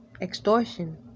Extortion